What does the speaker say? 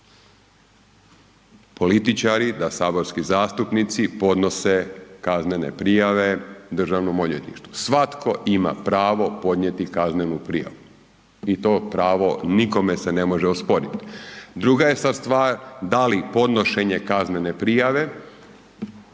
političari, da saborski zastupnici podnose kaznene prijave Državnom odvjetništvu. Svatko ima pravo podnijeti kaznenu prijavu i to pravo nikome se ne može osporiti. Druga je sad stvar da li podnošenje kaznene prijave